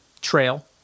trail